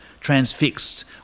Transfixed